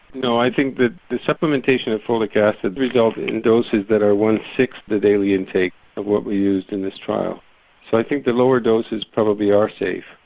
no, i think the the supplementation of folic acid result in doses that are one sixth the daily intake of what were used in this trial. so i think the lower doses probably are safe.